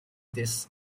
this